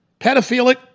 pedophilic